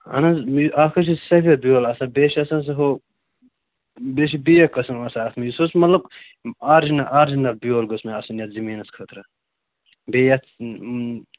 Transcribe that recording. اَہَن حظ مےٚ اَکھ حظ چھِ سَفید بیٛوٚل آسان بیٚیہِ چھِ آسان سُہ ہُہ بیٚیہِ چھِ بیٛاکھ قٕسٕم آسان اَتھ منٛز یُس حظ سُہ مطلب آرجِنَل آرجِنَل بیٛوٚل گوٚژھ مےٚ آسُن یَتھ زمیٖنَس خٲطرٕ بیٚیہِ یَتھ